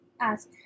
ask